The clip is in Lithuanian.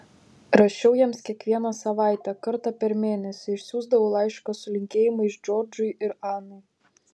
rašiau jiems kiekvieną savaitę kartą per mėnesį išsiųsdavau laišką su linkėjimais džordžui ir anai